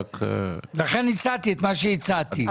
לכן הצעתי את מה שהצעתי.